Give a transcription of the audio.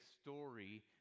story